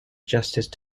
justice